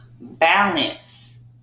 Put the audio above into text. Balance